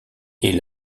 est